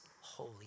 holy